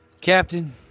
Captain